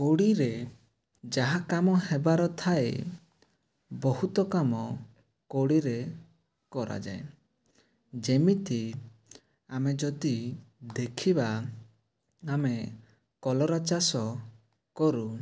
କୋଡ଼ି ରେ ଯାହା କାମ ହେବାର ଥାଏ ବହୁତ କାମ କୋଡ଼ିରେ କରାଯାଏ ଯେମିତି ଆମେ ଯଦି ଦେଖିବା ଆମେ କଲରା ଚାଷ କରୁ